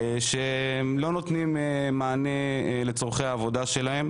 שלא נותנים מענה לצורכי העבודה שלהם.